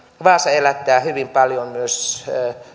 vaasa elättää hyvin paljon myös